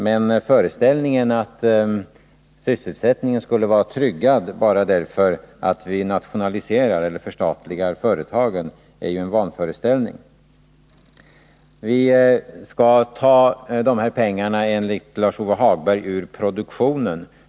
Men föreställningen att sysselsättningen skulle vara tryggad bara för att vi förstatligar företagen är en vanföreställning. Vi skall enligt Lars-Ove Hagberg ta de här pengarna ur produktionen.